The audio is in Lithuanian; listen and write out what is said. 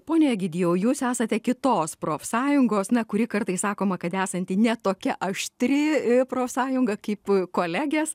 pone egidijau jūs esate kitos profsąjungos na kuri kartais sakoma kad esanti ne tokia aštri profsąjunga kaip kolegės